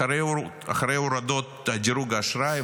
אחרי הורדות דירוג האשראי,